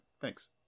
Thanks